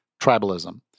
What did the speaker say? tribalism